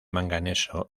manganeso